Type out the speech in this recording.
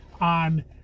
on